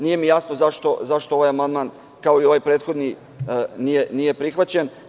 Nije mi jasno zašto ovaj amandman, kao ni prethodni, nije prihvaćen.